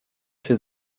się